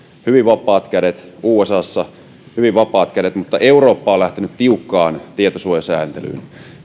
hyvin vapaat kädet usassa hyvin vapaat kädet mutta eurooppa on lähtenyt tiukkaan tietosuojasääntelyyn